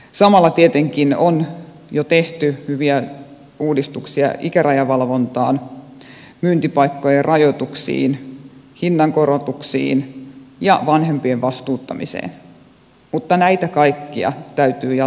samalla tietenkin on jo tehty hyviä uudistuksia ikärajavalvontaan myyntipaikkojen rajoituksiin hinnankorotuksiin ja vanhempien vastuuttamiseen mutta näitä kaikkia täytyy jatkaa yhä edelleen